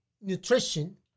nutrition